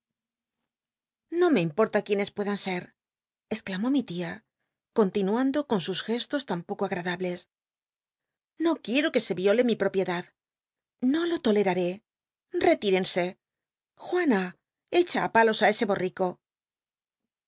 no me importa quiénes puedan sct exclamó mi tia continuando con sus gestos tan poco agradables no quiel'o que se viole mi propiedad no lo toleraré retítense juana echa á palos ú c se borrico